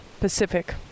Pacific